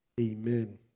Amen